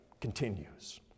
continues